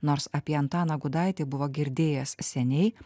nors apie antaną gudaitį buvo girdėjęs seniai